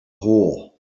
hole